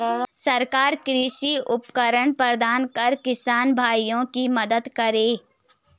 सरकार कृषि उपकरण प्रदान कर किसान भाइयों की मदद करें